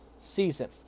season